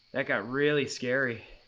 that got really scary.